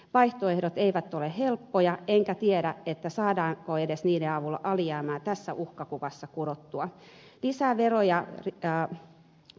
vaihtoehdot eivät ole helppoja enkä tiedä saadaanko edes niiden avulla alijäämää tässä uhkakuvassa kurottua